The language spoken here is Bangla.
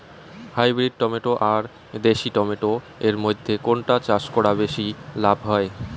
হাইব্রিড টমেটো আর দেশি টমেটো এর মইধ্যে কোনটা চাষ করা বেশি লাভ হয়?